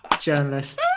journalist